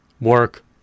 work